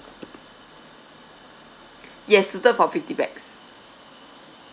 yes suited for fifty pax